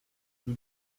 you